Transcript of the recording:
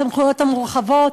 הסמכויות המורחבות,